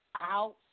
out